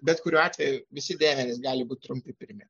bet kuriuo atveju visi dėmenys gali būt trumpi pirmi